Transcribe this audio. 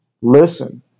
Listen